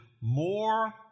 more